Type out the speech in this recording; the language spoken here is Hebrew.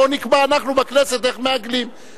בוא נקבע אנחנו בכנסת איך מעגלים,